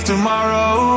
Tomorrow